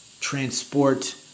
transport